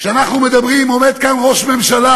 כשאנחנו מדברים, עומד כאן ראש ממשלה,